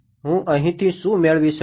હું અહીંથી શું મેળવી શકું